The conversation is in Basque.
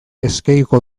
eskegiko